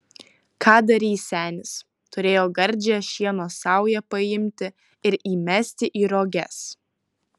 ką darys senis turėjo gardžią šieno saują paimti ir įmesti į roges